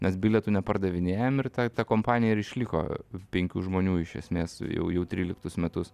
nes bilietų nepardavinėjam ir ta ta kompanija ir išliko penkių žmonių iš esmės jau jau tryliktus metus